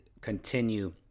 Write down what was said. continue